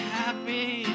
happy